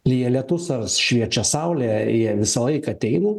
lyja lietus ar šviečia saulė jie visą laiką ateina